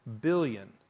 billion